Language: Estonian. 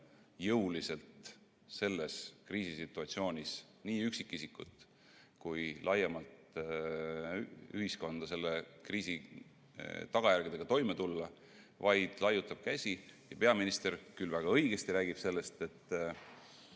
jõuliselt selles kriisisituatsioonis nii üksikisikut kui ka laiemalt ühiskonda selle kriisi tagajärgedega toime tulla, vaid laiutab käsi. Peaminister küll väga õigesti räägib sellest, et